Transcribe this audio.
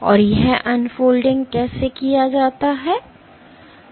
और यह अनफोल्डिंग कैसे किया जाता है